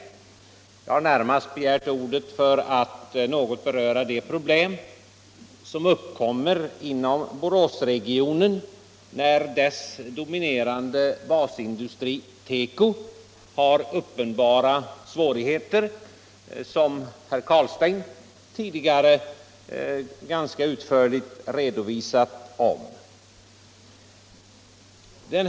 Jag har närmast begärt ordet för att något beröra de problem som uppkommer inom Boråsregionen när dess dominerande basindustri teko har uppenbara svårigheter, såsom herr Carlstein tidigare ganska utförligt redogjort för.